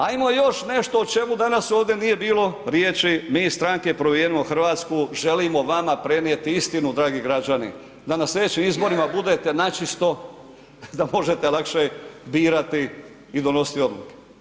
Ajmo još nešto o čemu danas ovdje nije bilo riječi, mi iz stranke Promijenimo Hrvatsku želimo vama prenijeti istinu, dragi građani, da na slijedećim izborima budete načisto da možete lakše birati i donositi odluke.